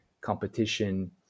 competition